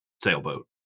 sailboat